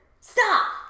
Stop